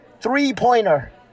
three-pointer